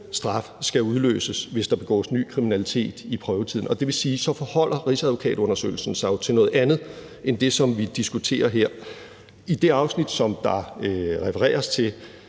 straf skal udløses, hvis der begås ny kriminalitet i prøvetiden. Det vil sige, at rigsadvokatundersøgelsen jo så forholder sig til noget andet end det, som vi diskuterer her. I det afsnit, som der refereres til,